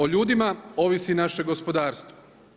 O ljudima ovisi naše gospodarstvo.